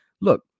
look